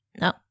No